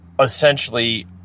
essentially